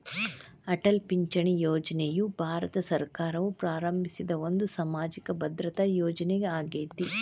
ಅಟಲ್ ಪಿಂಚಣಿ ಯೋಜನೆಯು ಭಾರತ ಸರ್ಕಾರವು ಪ್ರಾರಂಭಿಸಿದ ಒಂದು ಸಾಮಾಜಿಕ ಭದ್ರತಾ ಯೋಜನೆ ಆಗೇತಿ